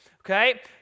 okay